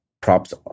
props